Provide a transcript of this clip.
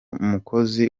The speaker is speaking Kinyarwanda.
mukozi